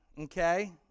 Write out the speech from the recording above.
Okay